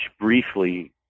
briefly